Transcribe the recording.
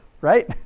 right